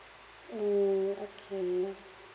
mm okay lah